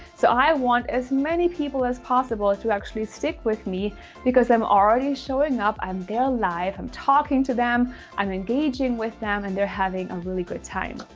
so i want as many people as possible is to actually stick with me because i'm already showing up. i'm there live. i'm talking to them and engaging with them. and they're having a really good time.